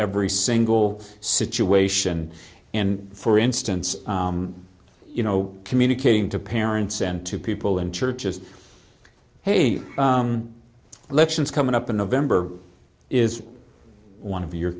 every single situation in for instance you know communicating to parents and to people in churches hey elections coming up in november is one of your